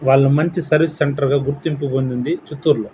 వాళ్లు మంచి సర్వీస్ సెంటర్గా గుర్తింపు పొందింది చిత్తూరులో